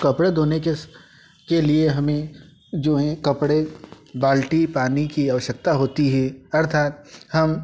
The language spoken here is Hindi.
कपड़े धोने के के लिए हमें जो हैं कपड़े बाल्टी पानी की आवश्यकता होती है अर्थात हम